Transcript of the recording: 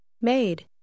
Made